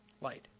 light